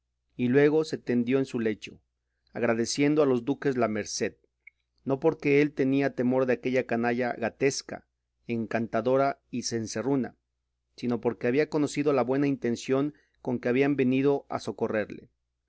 y luego se tendió en su lecho agradeciendo a los duques la merced no porque él tenía temor de aquella canalla gatesca encantadora y cencerruna sino porque había conocido la buena intención con que habían venido a socorrerle